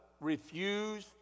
refuse